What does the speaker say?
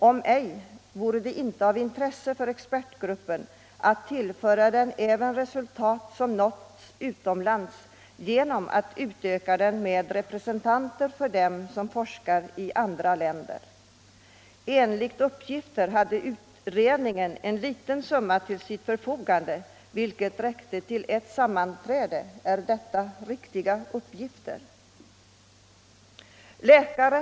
Om så inte är fallet borde det väl vara ett intresse för denna expertgrupp att få del av de erfarenheter och forskningsresultat i fråga om dessa läkemedel som man har nått utomlands, vilket ju kan ske genom att man utökar den svenska expertgruppen med representanter för dem som forskar på detta område i andra länder. Enligt uppgifter hade utredningen för sin verksamhet en mycket liten summa till förfogande, närmare bestämt 5 000 kronor, vilket räckte till ett enda sammanträde. Är den uppgiften riktig?